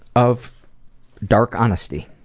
of dark honesty.